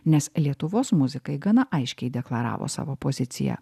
nes lietuvos muzikai gana aiškiai deklaravo savo poziciją